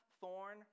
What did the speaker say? thorn